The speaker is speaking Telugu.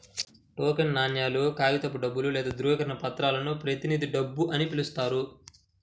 టోకెన్ నాణేలు, కాగితపు డబ్బు లేదా ధ్రువపత్రాలను ప్రతినిధి డబ్బు అని పిలుస్తారు